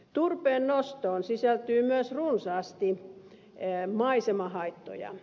turpeen nostoon sisältyy myös runsaasti maisemahaittoja